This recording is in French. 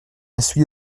essuyé